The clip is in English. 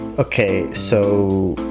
ok, so.